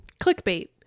clickbait